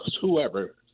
whoever